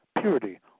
purity